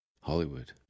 Hollywood